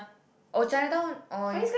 oh Chinatown or you